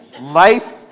Life